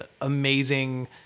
amazing